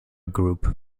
group